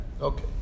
Okay